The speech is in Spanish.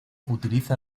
utiliza